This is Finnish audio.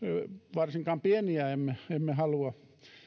varsinkaan pieniä emme halua